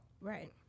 Right